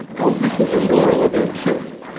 i was listening to nora really intently,